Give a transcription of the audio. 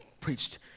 preached